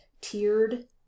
tiered